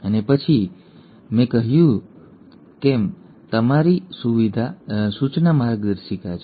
અને પછી આ એવું છે જે મેં કહ્યું તે તમારી સૂચના માર્ગદર્શિકા છે